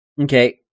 Okay